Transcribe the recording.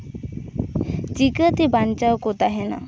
ᱪᱤᱠᱟᱹᱛᱮ ᱵᱟᱧᱪᱟᱣ ᱠᱚ ᱛᱟᱦᱮᱱᱟ